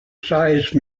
size